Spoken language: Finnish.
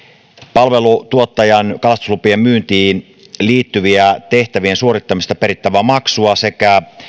palveluntuottajan kalastuslupien myyntiin liittyvien tehtävien suorittamisesta perittävää maksua sekä